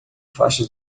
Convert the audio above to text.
faixa